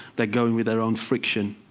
they go in with their own friction.